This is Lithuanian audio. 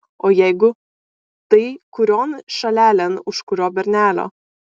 o jeigu tai kurion šalelėn už kurio bernelio